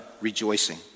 rejoicing